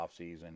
offseason